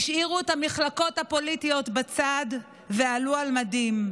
השאירו את המחלוקות הפוליטיות בצד ועלו על מדים.